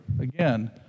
again